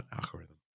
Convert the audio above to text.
algorithm